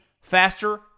faster